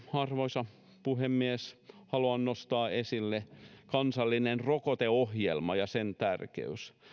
arvoisa puhemies haluan nostaa esille kansallisen rokoteohjelman ja sen tärkeyden